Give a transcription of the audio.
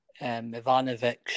Ivanovic